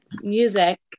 music